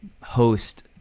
host